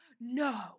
No